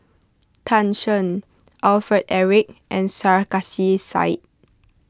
Tan Shen Alfred Eric and Sarkasi Said